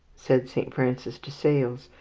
said saint francis de sales,